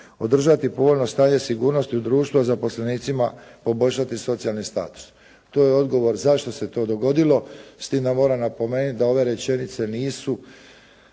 održati povoljno stanje sigurnosti u društvu zaposlenicima poboljšati socijalni status. To je odgovor zašto se to dogodilo, s tim da moram napomenuti da ove rečenice nisu